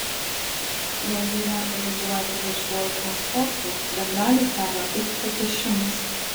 jeigu į darbą važiuojate viešuoju transportu bent dalį kelio eikite pėsčiomis